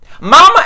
mama